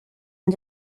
and